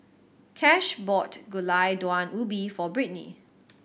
Cash bought Gulai Daun Ubi for Britni